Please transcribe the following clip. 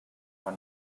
are